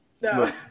No